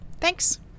Thanks